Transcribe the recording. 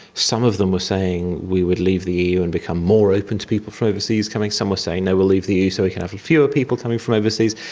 some of them were saying we would leave the eu and become more open to people from overseas coming. some were saying, no, we will leave the eu so we can have fewer people coming from overseas.